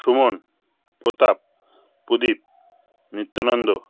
Suman Pratap Pradip Nityananda